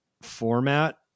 format